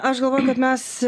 aš galvoju kad mes